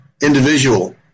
individual